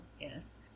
yes